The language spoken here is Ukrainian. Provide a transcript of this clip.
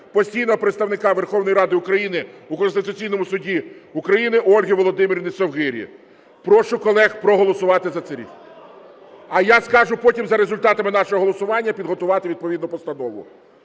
постійного представника Верховної Ради України у Конституційному Суді України Ольги Володимирівни Совгирі. Прошу колег проголосувати за це рішення. А я скажу потім за результатами нашого голосування підготувати відповідну постанову.